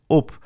op